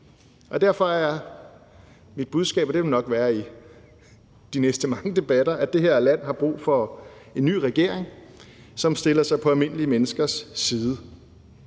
det vil det nok være i de næste mange debatter – at det her land har brug for en ny regering, som stiller sig på almindelige menneskers side,